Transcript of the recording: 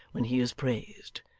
when he is praised.